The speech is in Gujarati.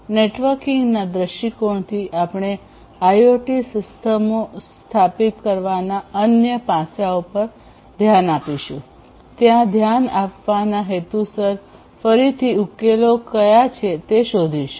નેટવર્કિંગના દૃષ્ટિકોણથી આપણે IOT સિસ્ટમો સ્થાપિત કરવાના અન્ય પાસાંઓ પર ધ્યાન આપીશું ત્યાં ધ્યાન આપવાના હેતુસર ફરીથી ઉકેલો કયા છે તે શોધીશું